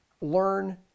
learn